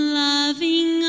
loving